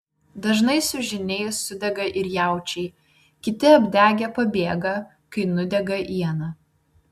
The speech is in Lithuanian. dažnai su žyniais sudega ir jaučiai kiti apdegę pabėga kai nudega iena